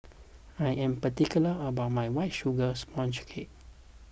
I am particular about my White Sugar Sponge Cake